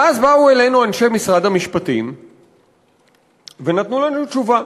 ואז באו אלינו אנשי משרד המשפטים ונתנו לנו תשובה,